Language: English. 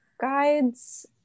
guides